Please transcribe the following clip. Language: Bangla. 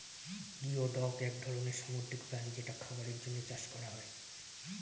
গিওডক এক ধরনের সামুদ্রিক প্রাণী যেটা খাবারের জন্যে চাষ করা হয়